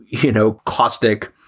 you know, caustic,